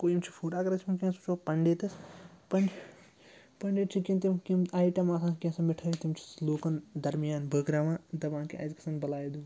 گوٚو یِم چھِ فُڈ اگر أسۍ وٕنۍکٮ۪نَس وٕچھو پَنڈِتٕس پَنڈِتھ چھِ کیٚنٛہہ تِم آیٹَم آسان کیٚنٛہہ سۄ مِٹھٲے تِم چھِ سُہ لوٗکَن درمیان بٲگراوان دَپان کہِ اَسہِ گژھَن بَلایہِ دوٗر